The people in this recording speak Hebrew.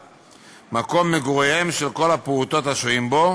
מקום מגוריהם של כל הפעוטות השוהים בו